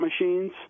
machines –